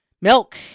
Milk